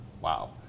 wow